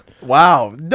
Wow